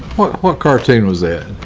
what cartoon was that?